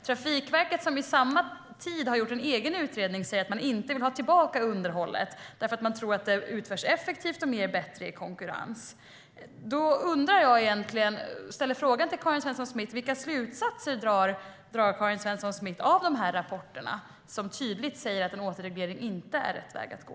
Trafikverket, som under samma tid gjort en egen utredning, säger att man inte vill ha tillbaka underhållet; man tror att det utförs effektivare och bättre i konkurrens. Vilka slutsatser drar Karin Svensson Smith av de här rapporterna, som tydligt säger att en återreglering inte är rätt väg att gå?